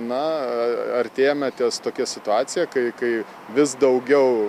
na artėjame ties tokia situacija kai kai vis daugiau